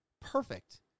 perfect